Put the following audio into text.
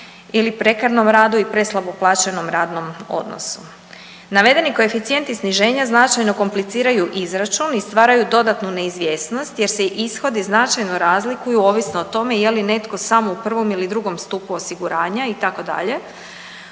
ili prekarnom radu i preslabo plaćenom radnom odnosu. Navedeni koeficijenti sniženja značajno kompliciraju izračun i stvaraju dodatnu neizvjesnost jer se ishodi značajno razlikuju ovisno o tome je li netko sam u prvom ili drugom stupu osiguranja itd.